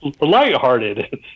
Lighthearted